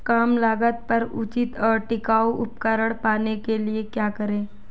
कम लागत पर उचित और टिकाऊ उपकरण पाने के लिए क्या करें?